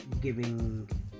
giving